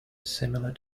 similar